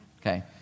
okay